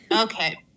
okay